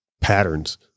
patterns